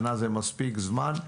שנה זה מספיק זמן.